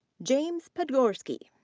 james podgorski.